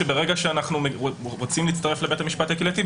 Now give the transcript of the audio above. ברגע שאנחנו רוצים להצטרף לבית המשפט הקהילתי,